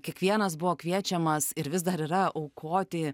kiekvienas buvo kviečiamas ir vis dar yra aukoti